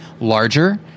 larger